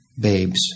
babes